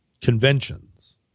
conventions